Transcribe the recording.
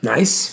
Nice